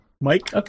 Mike